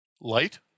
Light